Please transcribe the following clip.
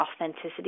authenticity